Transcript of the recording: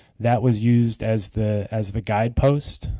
that was used as the as the guide post,